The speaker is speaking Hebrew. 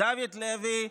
דוד לוי,